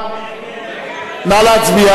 את ההצעה